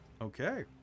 Okay